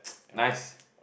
nice